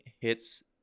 hits